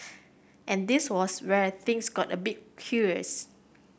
and this was where things got a bit curious